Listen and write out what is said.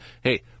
hey